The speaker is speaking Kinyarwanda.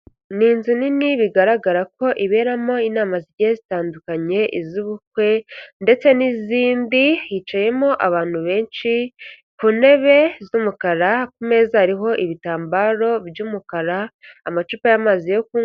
Ni inzu nini bigaragara ko iberamo inama zigiye zitandukanye, iz'ubukwe ndetse n'izindi, hicayemo abantu benshi ku ntebe z'umukara, ku meza hariho ibitambaro by'umukara amacupa y'amazi yo kunywa.